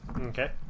Okay